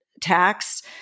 tax